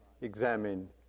examine